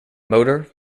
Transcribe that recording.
motor